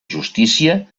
justícia